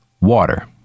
water